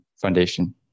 Foundation